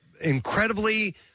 incredibly